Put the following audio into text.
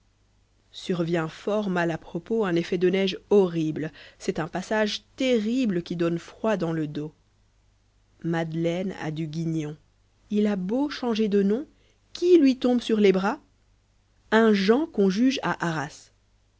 survient fort mal à propos un effet de neige horrible c'est un passage terrible quiojnèid dans le dos madeleine a du guignon il a beau changer de nom qui lui tombe sur les bras un jean qu'on juge à arras